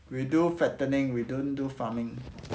we do fattening we don't do farming